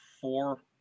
four